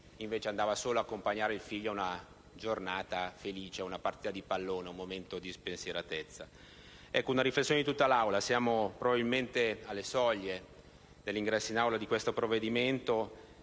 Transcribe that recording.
invece, accompagna il figlio, in una giornata felice, ad una partita di pallone, ad un momento di spensieratezza. Occorre una riflessione di tutta l'Aula. Siamo probabilmente alle soglie dell'arrivo in Aula di questo provvedimento